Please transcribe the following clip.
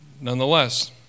nonetheless